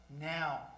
now